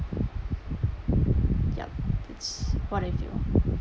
yup it's what I feel